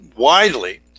widely